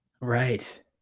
Right